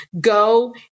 Go